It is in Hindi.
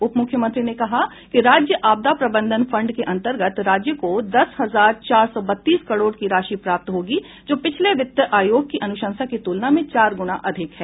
उपमुख्यमंत्री ने कहा कि राज्य आपदा प्रबंधन फंड के अंतर्गत राज्य को दस हजार चार सौ बत्तीस करोड़ की राशि प्राप्त होगी जो पिछले वित्त आयोग की अनुशंसा की तुलना में चार गुणा अधिक है